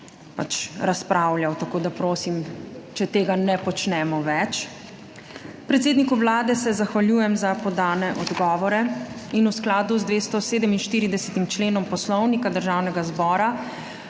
pač razpravljali, tako da prosim, da tega ne počnemo več. Predsedniku Vlade se zahvaljujem za podane odgovore. V skladu z 247. členom Poslovnika Državnega zbora